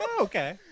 Okay